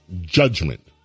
judgment